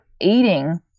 eating